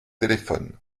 téléphone